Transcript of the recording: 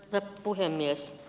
arvoisa puhemies